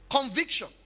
conviction